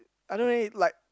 I don't know eh like